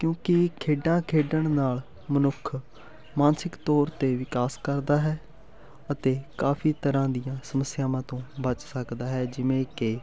ਕਿਉਂਕਿ ਖੇਡਾਂ ਖੇਡਣ ਨਾਲ ਮਨੁੱਖ ਮਾਨਸਿਕ ਤੌਰ 'ਤੇ ਵਿਕਾਸ ਕਰਦਾ ਹੈ ਅਤੇ ਕਾਫੀ ਤਰ੍ਹਾਂ ਦੀਆਂ ਸਮੱਸਿਆਵਾਂ ਤੋਂ ਬਚ ਸਕਦਾ ਹੈ ਜਿਵੇਂ ਕਿ